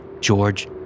George